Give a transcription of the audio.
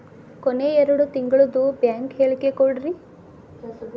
ಕೊನೆ ಎರಡು ತಿಂಗಳದು ಬ್ಯಾಂಕ್ ಹೇಳಕಿ ಕೊಡ್ರಿ